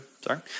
Sorry